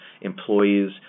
employees